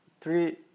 three